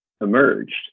emerged